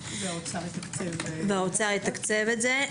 והאוצר יתקצב את זה.